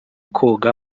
koga